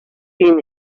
seen